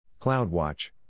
CloudWatch